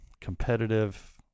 competitive